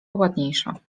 ładniejsze